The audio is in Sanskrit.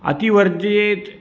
अतिवर्जेत्